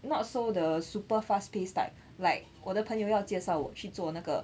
not so the super fast pace type like 我的朋友要介绍我去做那个